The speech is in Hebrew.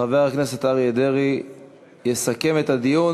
חבר הכנסת אריה דרעי יסכם את הדיון,